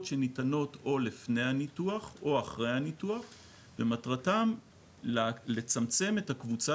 שניתנות או לפני הניתוח או אחרי הניתוח ומטרתם לצמצם את הקבוצה